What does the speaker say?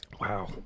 Wow